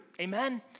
Amen